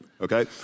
Okay